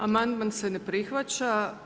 Amandman se ne prihvaća.